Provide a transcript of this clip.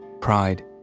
pride